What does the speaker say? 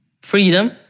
freedom